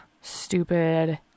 stupid